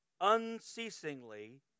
unceasingly